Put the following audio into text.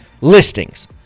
listings